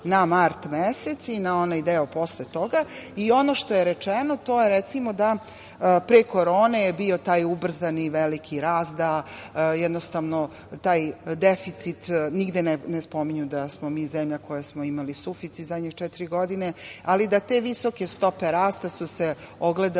na mart mesec i na onaj deo posle toga i ono što je rečeno, to je recimo da pre korone je bio taj ubrzani i veliki rast, da jednostavno taj deficit, nigde ne spominju da smo mi zemlja koja smo imali suficit zadnjih četiri godine, ali da te visoke stope rasta su se ogledale